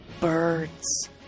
birds